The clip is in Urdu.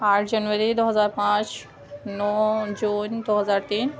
آٹھ جنوری دو ہزار پانچ نو جون دو ہزار تین